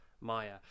Maya